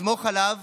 תסמוך עליו